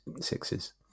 sixes